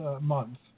Month